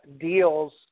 deals